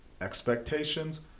expectations